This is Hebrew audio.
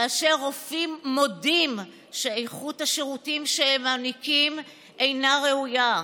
כאשר רופאים מודים שאיכות השירותים שהם מעניקים אינה ראויה?